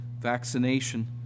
vaccination